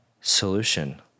solution